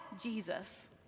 Jesus